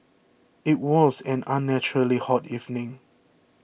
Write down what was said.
it was an unnaturally hot evening